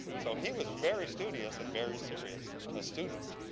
so he was very studious and very serious a student.